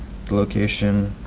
location